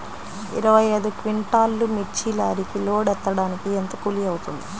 ఇరవై ఐదు క్వింటాల్లు మిర్చి లారీకి లోడ్ ఎత్తడానికి ఎంత కూలి అవుతుంది?